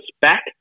back